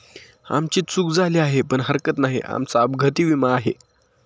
आमची चूक झाली आहे पण हरकत नाही, आमचा अपघाती विमा आहे